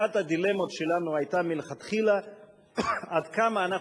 אחת הדילמות שלנו היתה מלכתחילה עד כמה אנחנו